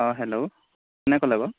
অঁ হেল্ল' কোনে ক'লে বাৰু